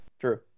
True